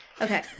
Okay